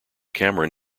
cameron